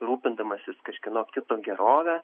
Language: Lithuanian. rūpindamasis kažkieno kito gerove